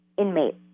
inmate